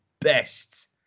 best